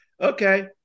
Okay